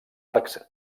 arcs